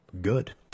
good